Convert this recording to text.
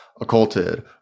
occulted